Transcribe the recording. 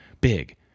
Big